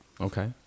okay